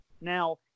Now